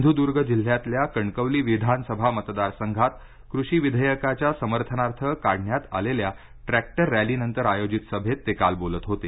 सिंधुदुर्ग जिल्ह्यातल्या कणकवली विधानसभा मतदारसंघात कृषी विधेयकाच्या समर्थनार्थ काढण्यात आलेल्या ट्रॅक्टर रॅलीनंतर आयोजित सभेत ते काल बोलत होते